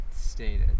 stated